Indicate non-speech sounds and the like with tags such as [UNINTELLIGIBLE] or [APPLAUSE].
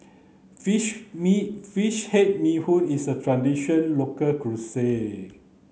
fish me fish head bee hoon is a traditional local [UNINTELLIGIBLE]